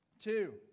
Two